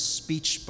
speech